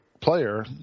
player